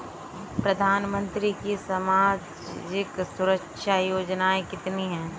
प्रधानमंत्री की सामाजिक सुरक्षा योजनाएँ कितनी हैं?